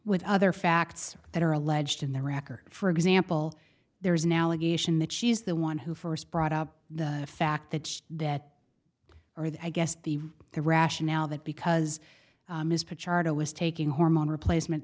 with other facts that are alleged in the record for example there's now legation that she's the one who first brought up the fact that that are the i guess the the rationale that because ms pichardo was taking hormone replacement